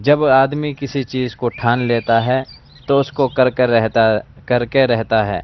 جب آدمی کسی چیز کو ٹھان لیتا ہے تو اس کو کر کر رہتا کر کے رہتا ہے